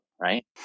right